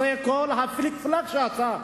אחרי כל הפליק-פלאק שעשה,